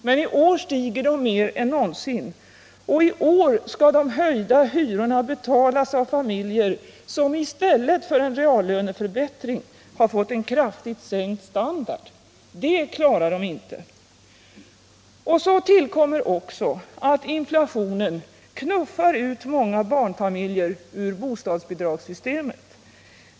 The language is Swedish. Men i år stiger de mer än någonsin, och i år skall de höjda hyrorna betalas av familjer som i stället för en reallöneförbättring fått en kraftigt sänkt standard. Det klarar de inte. Till detta kommer att inflationen också knuffar ut många barnfamiljer ur bostadsbidragssystemet.